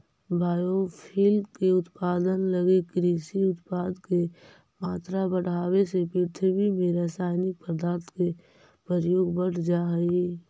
biofuel के उत्पादन लगी कृषि उत्पाद के मात्रा बढ़ावे से पृथ्वी में रसायनिक पदार्थ के प्रयोग बढ़ जा हई